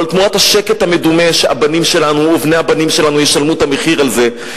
אבל תמורת השקט המדומה הבנים שלנו ובני-הבנים שלנו ישלמו את המחיר הזה,